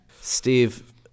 Steve